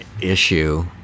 issue